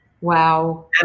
wow